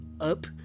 up